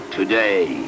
Today